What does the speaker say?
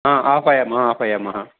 हा आह्वयामः आह्वयामः